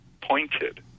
pointed